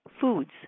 foods